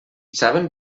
saben